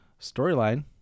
Storyline